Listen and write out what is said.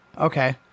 Okay